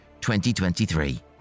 2023